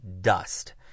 dust